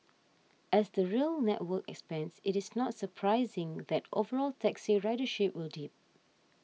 as the rail network expands it is not surprising that overall taxi ridership will dip